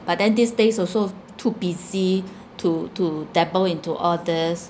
but then these days also too busy to to dabble into all these